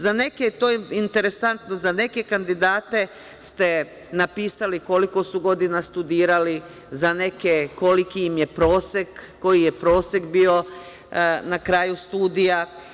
Za neke kandidate ste napisali koliko su godina studirali, za neke koliki im je prosek, koji je prosek bio na kraju studija.